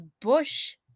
Bush